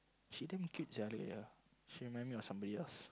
she damn cute sia look at her she remind me of somebody else